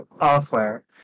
elsewhere